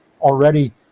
Already